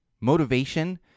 Motivation